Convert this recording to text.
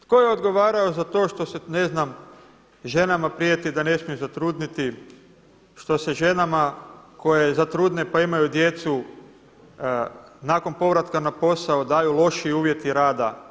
Tko je odgovarao za to što se ne znam ženama prijeti da ne smiju zatrudniti, što se ženama koje zatrudne pa imaju djecu nakon povratka na posao daju loši uvjeti rada.